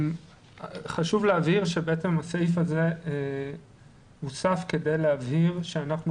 חשוב להבהיר שבעצם הסעיף הזה הוסף כדי להבהיר שאנחנו